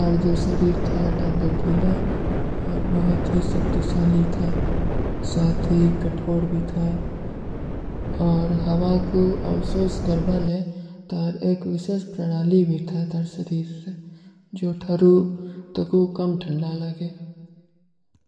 ତର ଜୋ ସରୀର ଥା ହୈ ତଂଗ ଠୀଲା ଔର ବହୁତ ହୀ ସକ୍ତି ସାଲୀ ଥା ହୈ। ସାଥୀ କଠୋଡ ଭୀ ଥା ହୈ। ହାଵା କୋ ଅଵସୋସ କରଵାଲେ ତର ଏକ ଵିଶେସ ପ୍ରଣାଲୀ ଭୀ ଥା ହୈ ତର ସରୀର ସେ ଜୋ ତରୋ ତକୋ କମ ଥଂଦା ଲାଗେ।